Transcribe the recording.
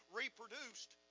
reproduced